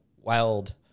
wild